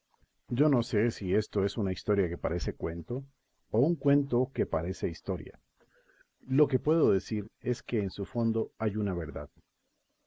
yo no sé si esto es una historia que parece cuento o un cuento que parece historia lo que puedo decir es que en su fondo hay una verdad